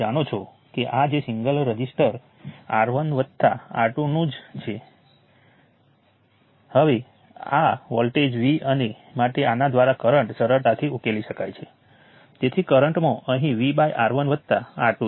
આપણે તે વસ્તુઓ પાછળથી જોઈશું આપણે પહેલા નોડલ એનાલિસિસ ઉપર વિચાર કરીશું